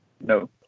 No